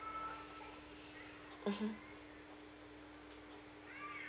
mmhmm